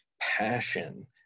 passion